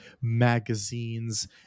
magazines